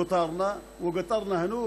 "גוטרנא": גוטרנא הנו,